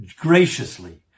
graciously